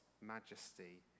majesty